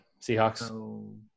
Seahawks